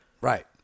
Right